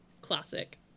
Classic